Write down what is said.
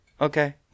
Okay